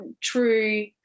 true